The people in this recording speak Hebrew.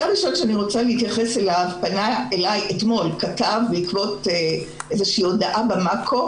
אתמול פנה אליי כתב בעקבות איזו כתבה ב-mako.